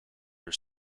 are